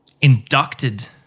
inducted